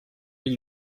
were